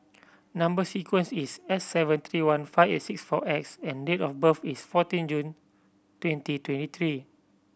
number sequence is S seven three one five eight six four X and date of birth is fourteen June twenty twenty three